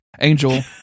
angel